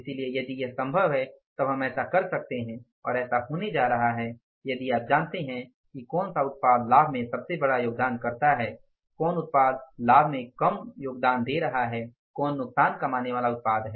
इसलिए यदि यह संभव है तब हम ऐसा कर सकते हैं और ऐसा होने जा रहा है यदि आप जानते हैं कि कौन सा उत्पाद लाभ में सबसे बड़ा योगदानकर्ता है कौन उत्पाद लाभ में कम योगदान दे रहा है कौन नुकसान कमाने वाला उत्पाद है